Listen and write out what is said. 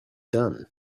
done